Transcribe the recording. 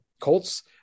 Colts